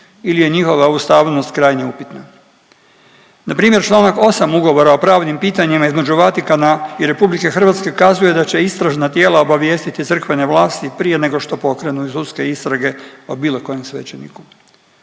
ili je njihova ustavnost krajnje upitna. Npr. čl. 8 Ugovora o pravnim pitanjima između Vatikana i RH kazuje da će istražna tijela obavijestiti crkvene vlasti prije nego što pokrenu .../Govornik se ne razumije./... istrage o bilo kojem svećeniku.